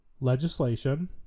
legislation